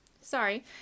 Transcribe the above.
Sorry